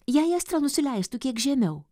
jei astra nusileistų kiek žemiau